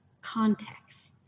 contexts